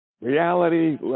reality